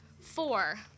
Four